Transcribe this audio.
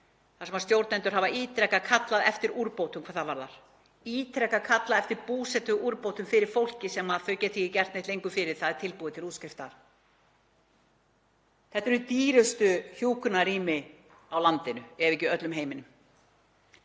þar sem stjórnendur hafa ítrekað kallað eftir úrbótum hvað það varðar, ítrekað kallað eftir búsetuúrbótum fyrir fólkið sem þau geta ekki gert neitt lengur fyrir. Það er tilbúið til útskriftar. Þetta eru dýrustu hjúkrunarrými á landinu ef ekki í öllum heiminum.